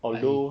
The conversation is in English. I